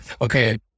okay